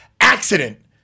accident